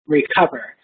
recover